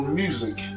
music